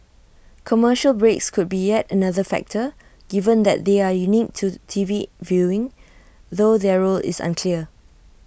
commercial breaks could be yet another factor given that they are unique to T V viewing though their role is unclear